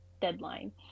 deadline